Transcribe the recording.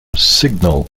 signal